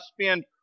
spend